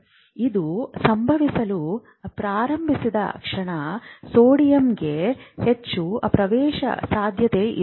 ಇದು ಸಂಭವಿಸಲು ಪ್ರಾರಂಭಿಸಿದ ಕ್ಷಣ ಸೋಡಿಯಂಗೆ ಹೆಚ್ಚು ಪ್ರವೇಶಸಾಧ್ಯವಾಗಿರುತ್ತದೆ